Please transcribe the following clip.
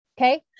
Okay